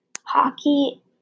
hockey